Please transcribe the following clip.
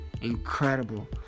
incredible